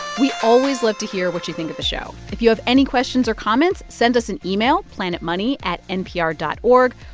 we always love to hear what you think of the show. if you have any questions or comments, send us an email planetmoney at npr dot o